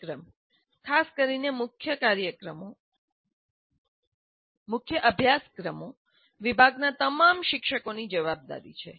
કાર્યક્રમ ખાસ કરીને મુખ્ય અભ્યાસક્રમો વિભાગનાં તમામ શિક્ષકોની જવાબદારી છે